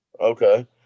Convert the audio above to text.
okay